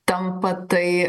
tampa tai